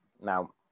Now